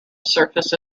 surface